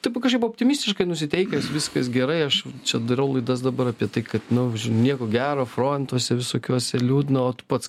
taip va kažkaip optimistiškai nusiteikęs viskas gerai aš čia darau laidas dabar apie tai kad nu nieko gero frontuose visokiuose liūdna o tu pats